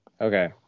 Okay